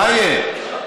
מה יהיה?